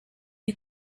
you